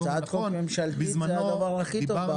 הצעת חוק ממשלתית זה הדבר הכי טוב.